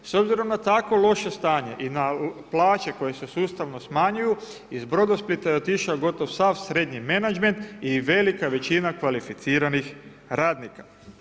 S obzirom na tako loše stanje i na plaće koje se sustavno smanjuju iz Brodosplita je otišao gotovo sav srednju menadžment i velika većina kvalificiranih radnika.